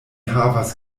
havas